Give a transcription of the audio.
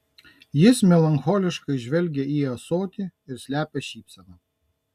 jis melancholiškai žvelgia į ąsotį ir slepia šypseną